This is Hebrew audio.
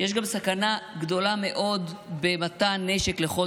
יש גם סכנה גדולה מאוד במתן נשק לכל